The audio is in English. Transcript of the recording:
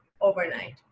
overnight